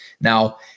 Now